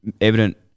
evident